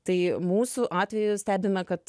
tai mūsų atveju stebime kad